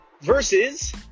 versus